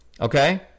Okay